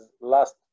last